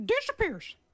disappears